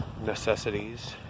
necessities